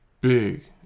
big